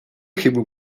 chybu